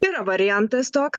yra variantas tok